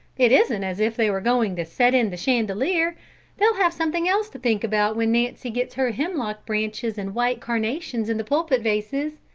it isn't as if they were going to set in the chandelier they'll have something else to think about when nancy gets her hemlock branches and white carnations in the pulpit vases.